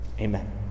Amen